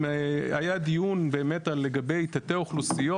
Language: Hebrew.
היה דיון באמת על לגבי תת אוכלוסיות,